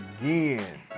again